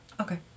Okay